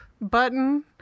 button